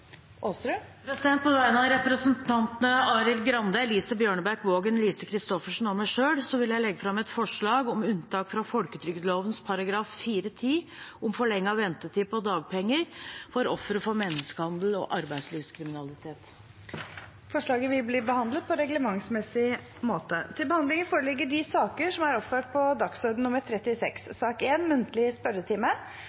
På vegne av representantene Arild Grande, Elise Bjørnebekk-Waagen, Lise Christoffersen og meg selv vil jeg legge fram et forslag om unntak fra folketrygdloven § 4-10 om forlenget ventetid på dagpenger for ofre for menneskehandel og arbeidslivskriminalitet. Forslaget vil bli behandlet på reglementsmessig måte.